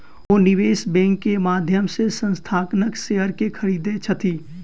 ओ निवेश बैंक के माध्यम से संस्थानक शेयर के खरीदै छथि